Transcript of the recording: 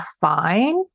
fine